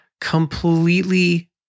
completely